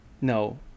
No